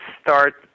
start